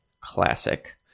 classic